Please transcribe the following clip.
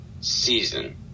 season